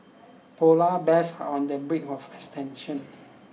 polar bears are on the brink of extension